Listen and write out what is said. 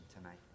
tonight